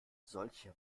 solche